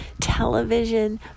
television